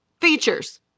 Features